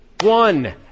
One